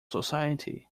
society